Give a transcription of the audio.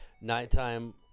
nighttime